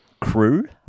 crew